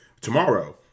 tomorrow